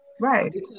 Right